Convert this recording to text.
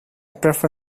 prefer